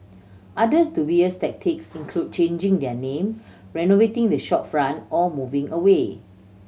others dubious tactics included changing their name renovating the shopfront or moving away